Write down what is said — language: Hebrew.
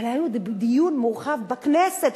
אבל היה לנו דיון מורחב בכנסת.